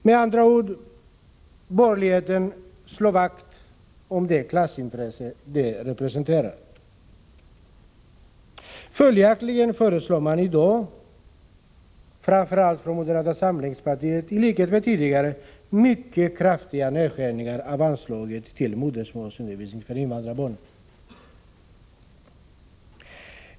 Med andra ord: Borgerligheten slår vakt om de skola ochsyrnia klassintressen den representerar. Följaktligen föreslår man från borgerligheslöskola 8y ten, framför allt från moderata samlingspartiet, i dag liksom tidigare mycket kraftiga nedskärningar av anslaget till modersmålsundervisning för invandrarbarnen.